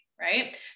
right